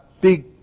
big